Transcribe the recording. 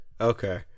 okay